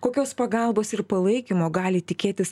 kokios pagalbos ir palaikymo gali tikėtis